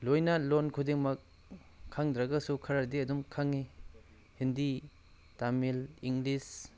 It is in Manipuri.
ꯂꯣꯏꯅ ꯂꯣꯟ ꯈꯨꯗꯤꯡꯃꯛ ꯈꯪꯗ꯭ꯔꯒꯁꯨ ꯈꯔꯗꯤ ꯑꯗꯨꯝ ꯈꯪꯉꯤ ꯍꯤꯟꯗꯤ ꯇꯥꯃꯤꯜ ꯏꯪꯂꯤꯁ